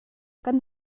kan